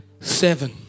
seven